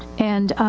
and,